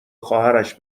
خواهرش